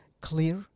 clear